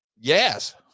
Yes